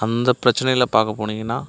அந்த பிரச்சினைல பார்க்க போனீங்கன்னால்